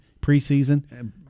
preseason